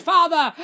Father